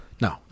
No